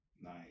Nice